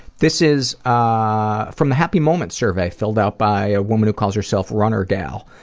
this is ah from the happy moments survey, filled out by a woman who calls herself runner gal.